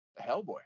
Hellboy